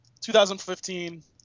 2015